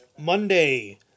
Monday